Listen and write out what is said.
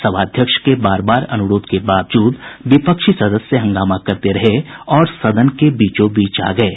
सभाध्यक्ष के बार बार अनुरोध के बावजूद विपक्षी सदस्य हंगामा करते रहे और सदन के बीचो बीच आ गये